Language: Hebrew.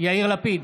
יאיר לפיד,